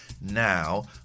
now